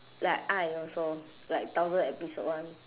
like ai also like thousand episode [one]